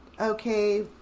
okay